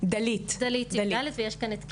דלית ויש כאן את קרן,